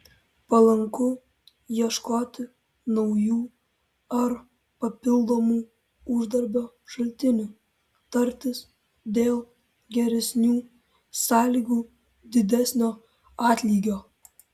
palanku ieškoti naujų ar papildomų uždarbio šaltinių tartis dėl geresnių sąlygų didesnio atlygio